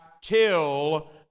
till